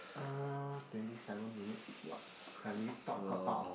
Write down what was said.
uh twenty seven minutes what can we talk about